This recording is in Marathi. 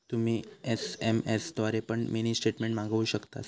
तुम्ही एस.एम.एस द्वारे पण मिनी स्टेटमेंट मागवु शकतास